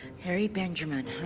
harry benjamin.